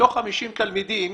מתוך 50 תלמידים,